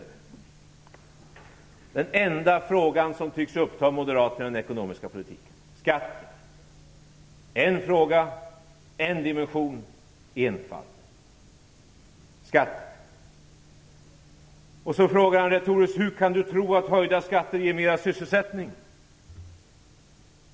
Det är den enda fråga som tycks uppta Moderaternas intresse i den ekonomiska politiken. En fråga, en dimension, enfald. Skatt! Sedan frågar Tobisson retoriskt: "Hur tror du att höjda skatter kan ge mera sysselsättning?"